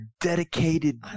dedicated